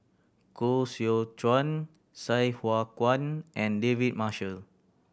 Koh Seow Chuan Sai Hua Kuan and David Marshall